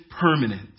permanent